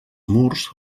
murs